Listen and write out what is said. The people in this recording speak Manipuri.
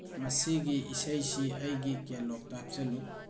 ꯃꯁꯤꯒꯤ ꯏꯁꯩꯁꯤ ꯑꯩꯒꯤ ꯀꯦꯂꯣꯛꯇ ꯍꯥꯞꯆꯤꯜꯂꯨ